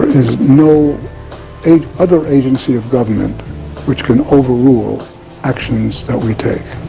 is no other agency of government which can overrule actions that we take.